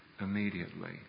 immediately